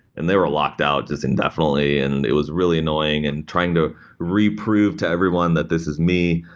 and they were locked out just indefinitely and it was really annoying and trying to reprove to everyone that this is me.